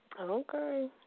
Okay